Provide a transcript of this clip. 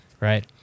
right